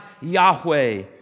Yahweh